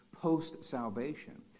post-salvation